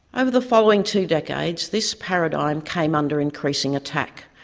over the following two decades this paradigm came under increasing attack,